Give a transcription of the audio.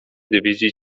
dywizji